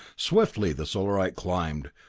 swiftly the solarite climbed,